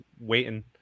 waiting